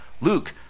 Luke